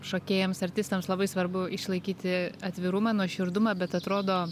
šokėjams artistams labai svarbu išlaikyti atvirumą nuoširdumą bet atrodo